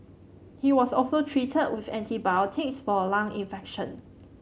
he was also treated with antibiotics for a lung infection